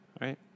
right